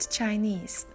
Chinese